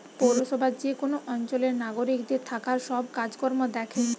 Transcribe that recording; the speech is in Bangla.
পৌরসভা যে কোন অঞ্চলের নাগরিকদের থাকার সব কাজ কর্ম দ্যাখে